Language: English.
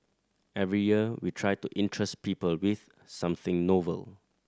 every year we try to interest people with something novel